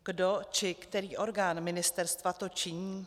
Kdo či který orgán ministerstva to činí?